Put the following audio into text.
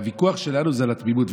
והוויכוח שלנו זה על התמימות,